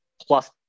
plus